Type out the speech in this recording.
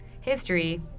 History